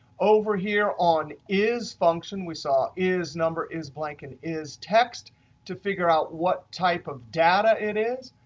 over here on is function we saw is number, is blank, and is text to figure out what type of data it is.